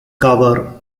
cover